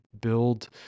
build